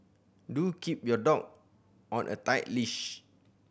do keep your dog on a tight leash